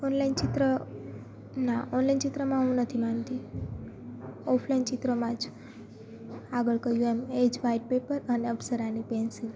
online ચિત્ર ના online ચિત્રમાં હું નથી માનતી ઓફલાઈન ચિત્રમાં જ આગળ કહ્યું એમ એ જ વાઈટ પેપર અને અપ્સરાની પેન્સિલ